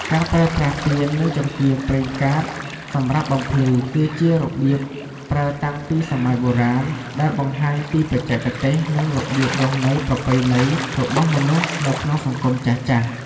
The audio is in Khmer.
ការប្រើប្រាស់ទៀន និងចង្កៀងប្រេងកាតសម្រាប់បំភ្លឺ គឺជារបៀបប្រើតាំងពីសម័យបុរាណ ដែលបង្ហាញពីបច្ចេកទេសនិងរបៀបរស់នៅប្រពៃណីរបស់មនុស្សនៅក្នុងសង្គមចាស់ៗ។